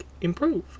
improve